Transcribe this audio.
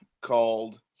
called